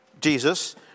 Jesus